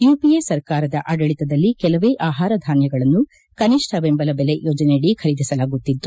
UPA ಸರ್ಕಾರದ ಆಡಳಿತದಲ್ಲಿ ಕೆಲವೇ ಆಹಾರಧಾನ್ವಗಳನ್ನು ಕನಿಷ್ಠ ಬೆಂಬಲ ಬೆಲೆ ಯೋಜನೆಯಡಿ ಖರೀದಿಸಲಾಗುತ್ತಿತ್ತು